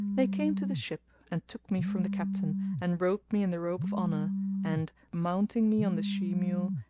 they came to the ship and took me from the captain and robed me in the robe of honour and, mounting me on the she mule,